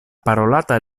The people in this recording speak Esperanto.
parolata